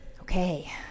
Okay